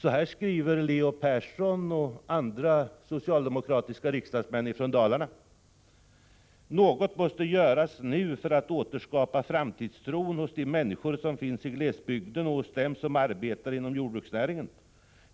Så här skriver Leo Persson och andra socialdemokratiska riksdagsmän från Dalarna: Något måste göras nu för att återskapa framtidstron hos de människor som finns i glesbygderna och hos dem som arbetar inom jordbruksnäringen.